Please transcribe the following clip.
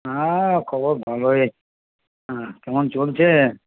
হ্যাঁ খবর ভালোই হ্যাঁ কেমন চলছে